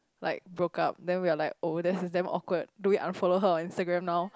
like broke up then we are like oh this is damn awkward do we unfollow her on Instagram now